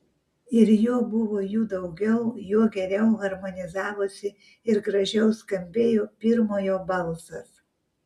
ir juo buvo jų daugiau juo geriau harmonizavosi ir gražiau skambėjo pirmojo balsas